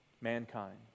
mankind